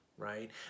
right